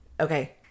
okay